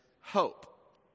hope